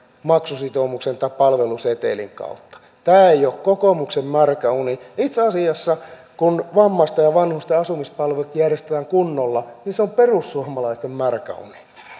maksusitoumuksen tai palvelusetelin kautta tämä ei ole kokoomuksen märkä uni itse asiassa kun vammaisten ja vanhusten asumispalvelut järjestetään kunnolla se on perussuomalaisten märkä uni